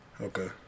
Okay